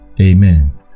amen